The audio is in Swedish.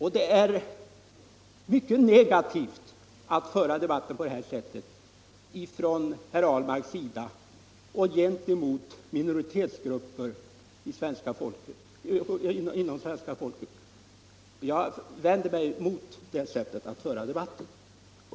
Herr Ahlmarks sätt att föra debatten är mycket negativt mot olika minoritetsgrupper inom svenska folket. Jag vänder mig mot det sättet att föra debatten.